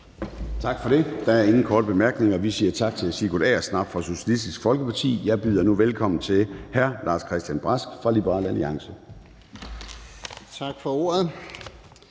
Tak for det. Der er ingen korte bemærkninger. Vi siger tak til hr. Sigurd Agersnap fra Socialistisk Folkeparti. Jeg byder nu velkommen til hr. Lars-Christian Brask fra Liberal Alliance. Kl.